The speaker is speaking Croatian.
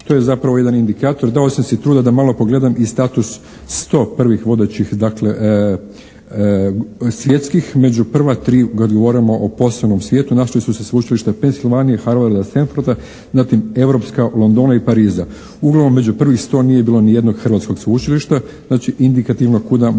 to je zapravo jedan indikator. Dao sam si truda da malo pogledam i status 101 vodećih svjetskih. Među prva tri kad govorimo o posebnom svijetu, našle su se sveučilišta u Pensilvanny, Harvarda, Stenforda, zatim europska Londona i Pariza. Uglavnom među prvih 100 nije bilo niti jednog hrvatskog sveučilišta, znači indikativno kuda moramo